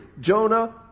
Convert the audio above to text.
Jonah